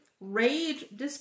Rage